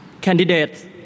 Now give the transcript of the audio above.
Candidates